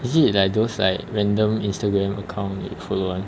is it like those like random Instagram account we follow [one]